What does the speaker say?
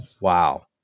wow